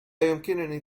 يمكنني